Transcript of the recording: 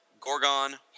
Gorgon